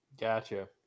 gotcha